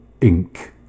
Inc